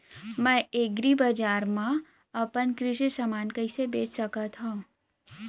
मैं एग्रीबजार मा अपन कृषि समान कइसे बेच सकत हव?